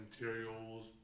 materials